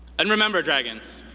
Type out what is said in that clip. and remember, dragons,